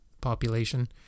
population